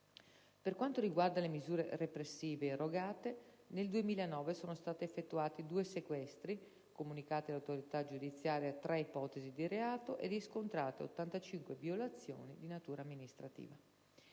Per quanto riguarda le misure repressive irrogate, nel 2009 sono stati effettuati due sequestri, comunicate all'autorità giudiziaria tre ipotesi di reato e riscontrate 85 violazioni di natura amministrativa.